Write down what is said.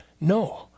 No